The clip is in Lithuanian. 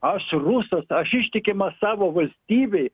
aš rusas aš ištikimas savo valstybei